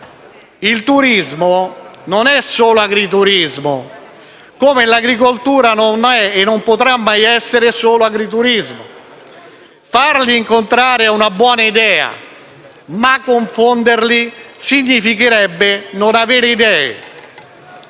Il turismo non è solo agriturismo, come l'agricoltura non è e non potrà mai essere solo agriturismo. Farli incontrare è una buona idea, ma confonderli significherebbe non avere idee.